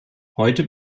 heute